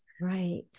right